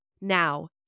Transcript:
Now